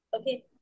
Okay